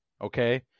okay